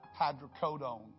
hydrocodone